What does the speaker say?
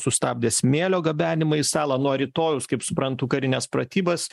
sustabdė smėlio gabenimą į salą nuo rytojaus kaip suprantu karines pratybas